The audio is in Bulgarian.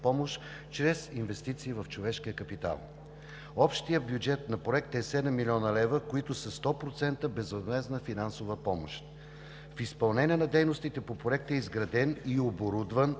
помощ чрез инвестиции в човешкия капитал. Общият бюджет на Проекта е 7 млн. лв., които са сто процента безвъзмездна финансова помощ. В изпълнение на дейностите по Проекта е изграден и оборудван